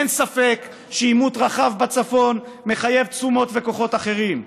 אין ספק שעימות רחב בצפון מחייב תשומות וכוחות אחרים.